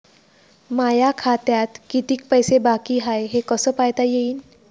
माया खात्यात कितीक पैसे बाकी हाय हे कस पायता येईन?